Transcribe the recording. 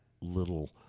little